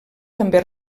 també